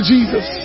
Jesus